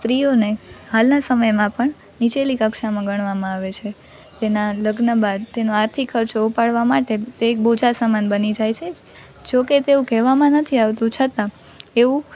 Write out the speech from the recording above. સ્ત્રીઓને હાલના સમયમાં પણ નીચેલી કક્ષામાં ગણવામાં આવે છે તેના લગ્ન બાદ તેનો આર્થિક ખર્ચો ઉપાડવા માટે તે એક બોજા સમાન બની જાય છે જો કે તેવું કહેવામાં નથી આવતું છતાં એવું